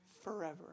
forever